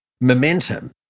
momentum